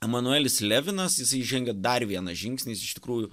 emanuelis levinas jisai žengia dar vieną žingsnį jis iš tikrųjų